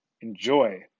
enjoy